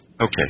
Okay